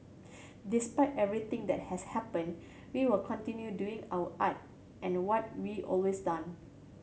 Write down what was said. despite everything that has happened we will continue doing our art and what we always done